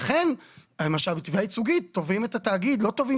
לכן למשל בתביעה ייצוגית תובעים את התאגיד ולא תובעים